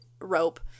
rope